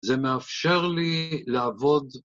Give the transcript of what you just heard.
זה מאפשר לי לעבוד